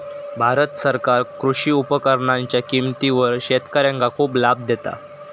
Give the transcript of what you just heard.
भारत सरकार कृषी उपकरणांच्या किमतीवर शेतकऱ्यांका खूप लाभ देता